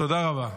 תודה רבה.